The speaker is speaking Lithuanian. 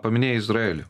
paminėjai izraelį